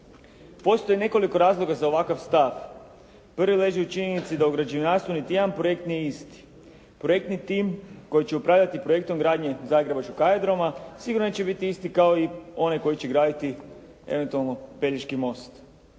Postoji nekoliko razloga za ovakav stav. Prvi leži u činjenici da u građevinarstvu niti jedan projekt nije isti. Projektni tim koji će upravljati projektom gradnje Zagrebačkog aerodroma sigurno neće biti isti kao i oni koji će graditi eventualno Pelješki most.